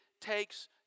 takes